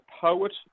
poet